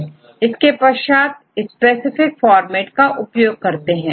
इसके पश्चात specific format का उपयोग करते हैं